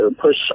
push